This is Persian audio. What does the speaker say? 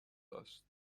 داشت